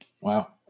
Wow